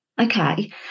Okay